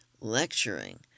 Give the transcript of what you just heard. lecturing